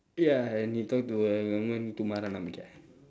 ya and he talk to a woman to tumhara naam kya